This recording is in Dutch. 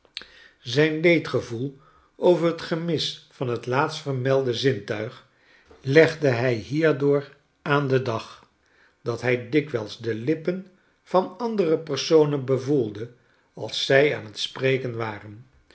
zijn leedgevoel over t gemis van t laatstvermelde zintuig legde hij hierdoor aan den dag dat hij dikwijls de lippen van andere personen bevoelde als zij aan t spreken waren